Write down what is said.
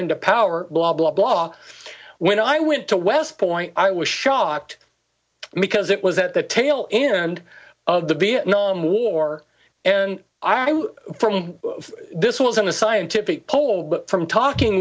into power blah blah blah when i went to west point i was shocked because it was at the tail end of the vietnam war and i was this was in a scientific poll from talking